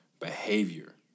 Behavior